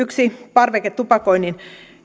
parveketupakoinnin